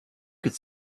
could